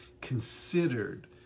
considered